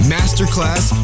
Masterclass